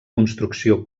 construcció